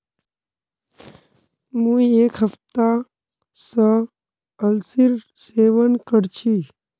मुई एक हफ्ता स अलसीर सेवन कर छि